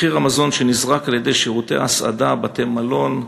מחיר המזון שנזרק על-ידי שירותי ההסעדה, בתי-מלון,